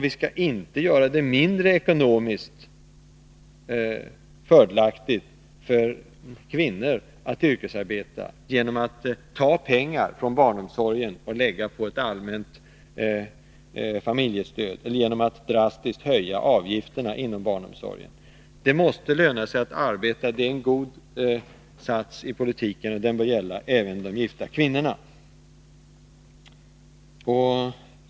Vi skall inte göra det mindre ekonomiskt fördelaktigt för kvinnorna att yrkesarbeta genom att ta pengar från barnomsorgen och lägga på ett allmänt familjestöd eller genom att drastiskt höja avgifterna inom barnomsorgen. Det måste löna sig att arbeta — det är en god sats i politiken, och den bör gälla även de gifta kvinnorna.